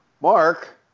Mark